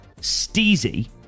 steezy